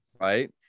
Right